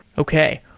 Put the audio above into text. okay.